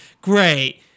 great